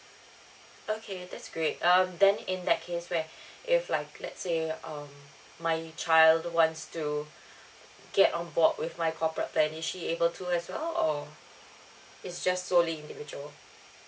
okay that's great um then in that case where if like let's say um my child wants to get on board with my corporate plan is she able to as well or it's just solely individual